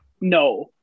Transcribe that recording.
No